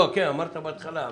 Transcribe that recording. אמרת בהתחלה.